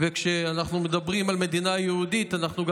וכשאנחנו מדברים על מדינה יהודית אנחנו גם